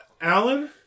Alan